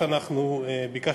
מגיעים היום ליום דרמטי בכנסת.